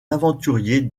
aventuriers